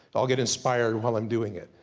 i'll get inspired while i'm doing it.